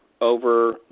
over